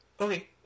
Okay